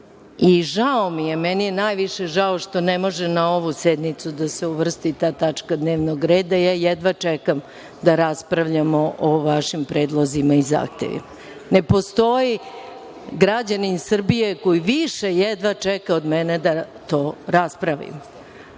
Žao mi je, meni je najviše žao, što ne može na ovoj sednici da se uvrsti ta tačka dnevnog reda. Ja jedva čekam da raspravljamo o vašim predlozima i zahtevima. Ne postoji građanin Srbije koji jedva čeka više od mene da to raspravimo. Napravili